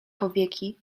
powieki